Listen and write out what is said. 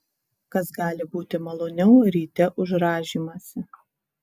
kas gali būti maloniau ryte už rąžymąsi